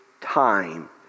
time